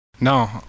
No